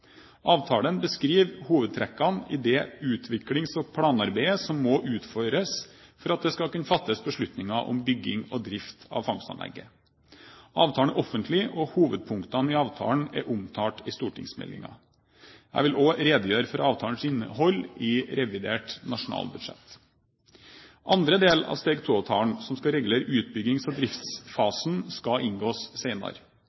Avtalen beskriver hovedtrekkene i det utviklings- og planarbeidet som må utføres for at det skal kunne fattes beslutning om bygging og drift av fangstanlegget. Avtalen er offentlig, og hovedpunktene i avtalen er omtalt i stortingsmeldingen. Jeg vil også redegjøre for avtalens innhold i revidert nasjonalbudsjett. Andre del av Steg 2-avtalen, som skal regulere utbyggings- og